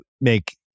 make